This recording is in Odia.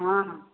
ହଁ ହଁ